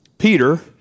Peter